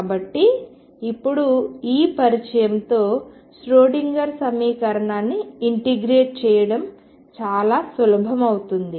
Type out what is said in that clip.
కాబట్టి ఇప్పుడు ఈ పరిచయంతో ష్రోడింగర్ సమీకరణాన్ని ఇంటిగ్రేట్ చేయడం చాలా సులభం అవుతుంది